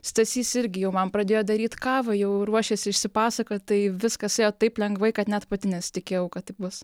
stasys irgi jau man pradėjo daryt kavą jau ruošėsi išsipasakot tai viskas ėjo taip lengvai kad net pati nesitikėjau kad taip bus